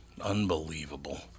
Unbelievable